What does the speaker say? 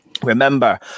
Remember